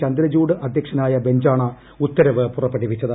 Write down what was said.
ചന്ദ്രചൂഡ് അധ്യക്ഷനായ ബഞ്ചാണ് ഉത്തരവ് പുറപ്പെടുവിച്ചത്